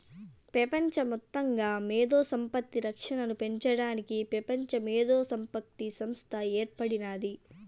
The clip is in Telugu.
పెపంచ మొత్తంగా మేధో సంపత్తి రక్షనను పెంచడానికి పెపంచ మేధోసంపత్తి సంస్త ఏర్పడినాది